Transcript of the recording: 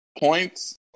Points